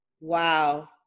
Wow